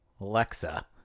Alexa